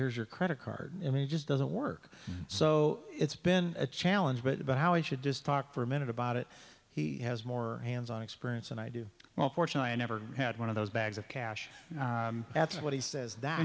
here's your credit card and it just doesn't work so it's been a challenge but about how we should just talk for a minute about it he has more hands on experience and i do well fortunately i never had one of those bags of cash that's what he says that